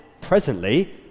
presently